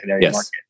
Yes